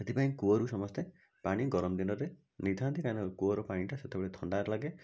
ସେଥିପାଇଁ କୂଅରୁ ସମସ୍ତେ ପାଣି ଗରମ ଦିନରେ ନେଇଥାନ୍ତି କାରଣ କୂଅର ପାଣିଟା ସେତେବେଳେ ଥଣ୍ଡା ଲାଗେ